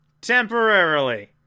Temporarily